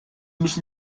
müssen